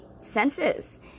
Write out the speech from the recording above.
senses